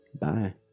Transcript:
Bye